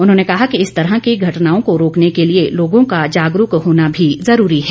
उन्होंने कहा कि इस तरह की घटनाओं को रोकने के लिए लोगों का जागरूक होना भी जरूरी है